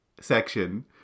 section